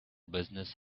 business